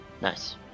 Nice